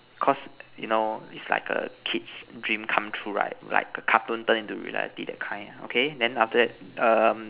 cause you know it's like a kid's dream come true right like a cartoon turn into reality kind then okay then after that um